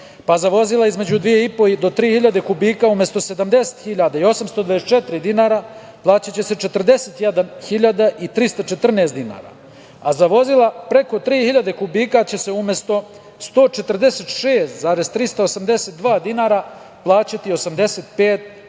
pa za vozila između 2.500 i 3.000 kubika umesto 70.894 dinara plaćaće se 41.314 dinara, a za vozila preko 3.000 kubika će se umesto 146.382 dinara plaćati 85.389 dinara.